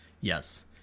yes